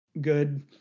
good